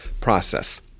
process